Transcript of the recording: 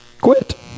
Quit